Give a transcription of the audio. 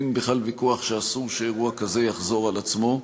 אין בכלל ויכוח שאסור שאירוע כזה יחזור על עצמו.